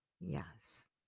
Yes